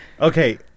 Okay